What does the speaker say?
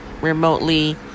remotely